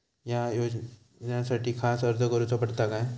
त्या योजनासाठी खास अर्ज करूचो पडता काय?